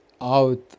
out